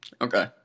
Okay